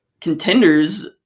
contenders